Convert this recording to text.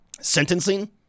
sentencing